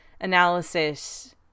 analysis